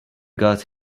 got